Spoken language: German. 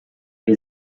wir